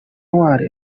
ntwari